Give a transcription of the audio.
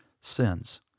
sins